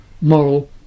moral